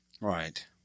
Right